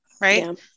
Right